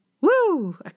Woo